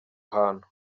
ahantu